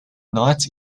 not